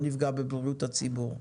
לא נפגע בבריאות הציבור.